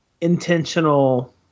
intentional